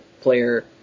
player